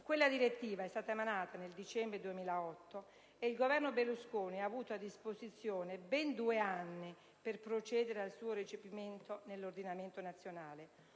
quella direttiva è stata emanata nel dicembre 2008 e il Governo Berlusconi ha avuto a disposizione ben due anni per procedere al suo recepimento nell'ordinamento nazionale.